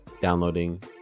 downloading